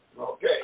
Okay